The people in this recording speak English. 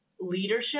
leadership